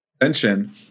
attention